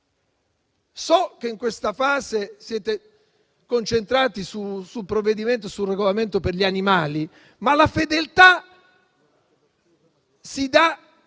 So che in questa fase siete concentrati sul provvedimento in materia di regolamento per gli animali, ma la fedeltà si dà